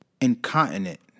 Incontinent